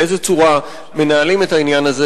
באיזה צורה מנהלים את העניין הזה,